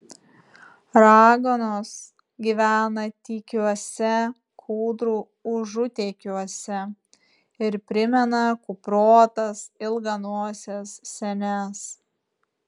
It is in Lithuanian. raganos gyvena tykiuose kūdrų užutėkiuose ir primena kuprotas ilganoses senes